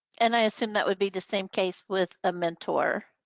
and i assume that would be the same case with a mentor?